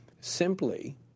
simply